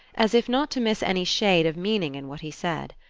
as if not to miss any shade of meaning in what he said,